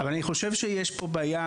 אבל אני חושב שיש פה בעיה.